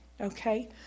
Okay